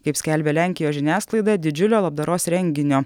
kaip skelbia lenkijos žiniasklaida didžiulio labdaros renginio